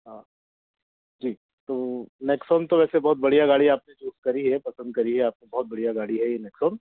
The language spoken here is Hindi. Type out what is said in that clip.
हाँ जी तो नेक्साॅन तो वैसे बहुत बढ़िया गाड़ी आपने चूज़ करी है पसंद करी है आपने बहुत बढ़िया गाड़ी है ये नेक्सोन